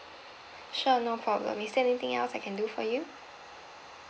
sure no problem is there anything else I can do for you